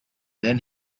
then